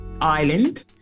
island